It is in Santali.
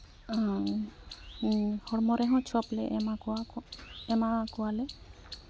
ᱦᱚᱲᱢᱚ ᱨᱮᱦᱚᱸ ᱪᱷᱚᱯᱞᱮ ᱮᱢᱟ ᱠᱚᱣᱟ ᱠᱚ ᱮᱢᱟ ᱠᱚᱣᱟᱞᱮ